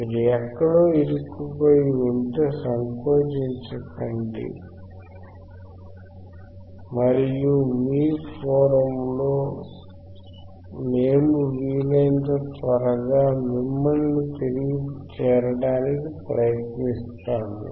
మీరు ఎక్కడో ఇరుక్కుపోయి ఉంటే సంకోచించకండి మరియు మీ ఫోరమ్లో మేము వీలైనంత త్వరగా మిమ్మల్ని తిరిగి చేరటానికి ప్రయత్నిస్తాము